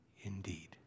indeed